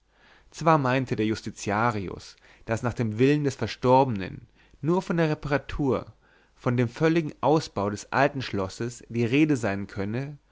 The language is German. zwar meinte der justitiarius daß nach dem willen des verstorbenen nur von der reparatur von dem völligen ausbau des alten schlosses die rede sein könne